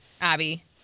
Abby